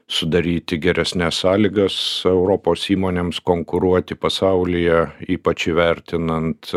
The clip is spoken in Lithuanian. sudaryti geresnes sąlygas europos įmonėms konkuruoti pasaulyje ypač įvertinant